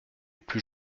plus